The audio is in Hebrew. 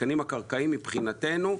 המתקנים הקרקעיים, מבחינתנו,